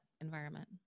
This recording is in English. environment